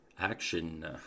action